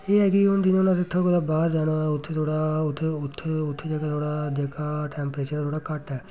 एह् ऐ कि हून जियां हून अस उत्थै बाह्र जाना होऐ उत्थें थोह्ड़ा उत्थें उत्थें उत्थें जेह्का थोह्ड़ा जेह्का टैंपरैचर थोह्ड़ा घट्ट ऐ